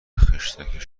خشتک